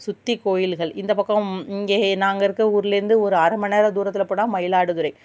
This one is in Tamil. சுற்றி கோயில்கள் இந்த பக்கம் இங்கே நாங்கள் இருக்க ஊர்லேயிர்ந்து ஒரு அரைமண் நேரத்தில் போனால் மயிலாடுதுறை